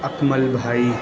اکمل بھائی